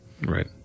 Right